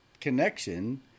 connection